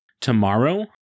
tomorrow